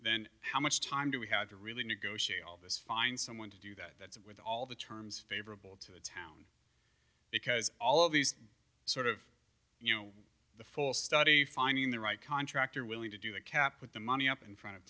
then how much time do we have to really negotiate all this find someone to do that that's with all the terms favorable to the town because all of these sort of you know the full study finding the right contractor willing to do the cap put the money up in front of